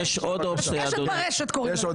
קשקשת ברשת קוראים לזה.